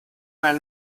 nel